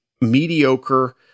mediocre